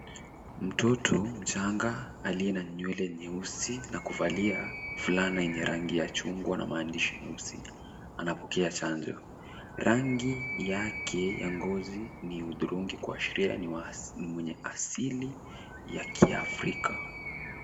Mtoto mchanga aliye na nywele nyeusi na kuvalia fulana yenye rangi ya chungwa na maandishi meusi, anapokea chanjo. Rangi yake ya ngozi ni hudhurungi kuashiria ni mwenye asili ya Kiafrika.